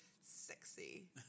sexy